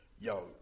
Yo